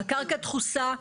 זו קרקע דחוסה,